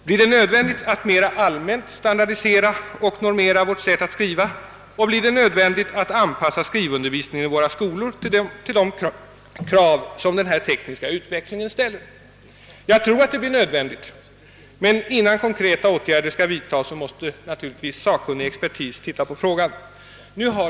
Blir det nödvändigt att mera allmänt standardisera och normera vårt sätt att skriva, och blir det nödvändigt att anpassa skrivundervisningen i våra skolor till de krav som denna tekniska utveckling ställer? Jag tror att det blir ofrånkomligt, men innan konkreta åtgärder skall vidtas måste naturligtvis sakkunnig expertis studera problemet.